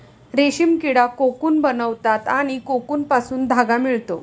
रेशीम किडा कोकून बनवतात आणि कोकूनपासून धागा मिळतो